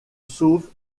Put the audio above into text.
sauvent